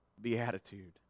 beatitude